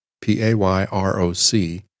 P-A-Y-R-O-C